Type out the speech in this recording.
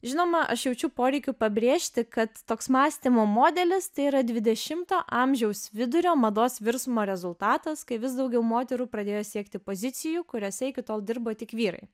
žinoma aš jaučiu poreikį pabrėžti kad toks mąstymo modelis tai yra dvidešimto amžiaus vidurio mados virsmo rezultatas kai vis daugiau moterų pradėjo siekti pozicijų kuriose iki tol dirbo tik vyrai